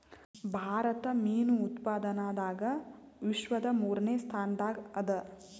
ಭಾರತ ಮೀನು ಉತ್ಪಾದನದಾಗ ವಿಶ್ವದ ಮೂರನೇ ಸ್ಥಾನದಾಗ ಅದ